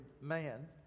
man